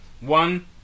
one